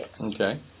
okay